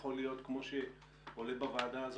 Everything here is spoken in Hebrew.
יכול להיות כמו שעולה בוועדה הזאת,